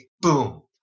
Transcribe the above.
boom